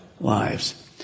lives